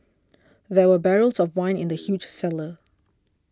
there were barrels of wine in the huge cellar